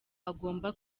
agomba